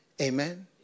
Amen